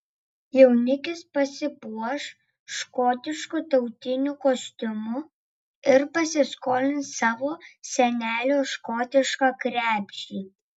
jaunikis pasipuoš škotišku tautiniu kostiumu ir pasiskolins savo senelio škotišką krepšį